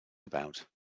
about